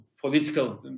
political